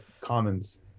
Commons